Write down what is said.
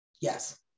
yes